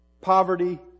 poverty